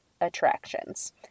attractions